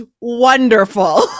wonderful